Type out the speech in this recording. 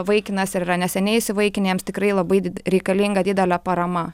vaikinas ar yra neseniai įsivaikinę jiems tikrai labai reikalinga didelė parama